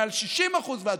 מעל 60% ועד,